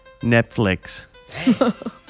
Netflix